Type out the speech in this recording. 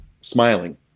smiling